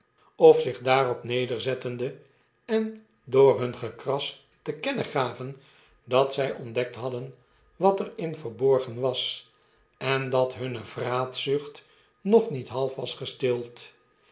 of zich daarop nederzettenden en door hun gekras te kennen gaven dat zy ontdekt hadden wat er in verborgen was en dat hunne vraatzucht nog niet half was gestild